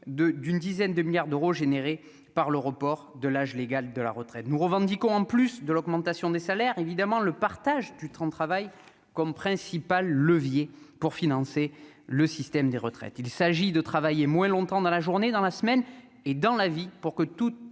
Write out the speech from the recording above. d'une dizaine de milliards d'euros générés par le report de l'âge légal de la retraite, nous revendiquons, en plus de l'augmentation des salaires, évidemment, le partage du temps de travail comme principal levier pour financer le système des retraites, il s'agit de travailler moins longtemps dans la journée dans la semaine et dans la vie pour que toutes